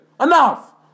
Enough